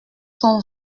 sont